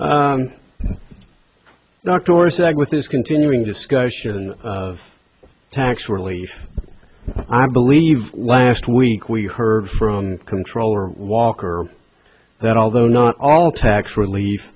this continuing discussion of tax relief i believe last week we heard from comptroller walker that although not all tax relief